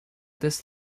this